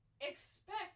expect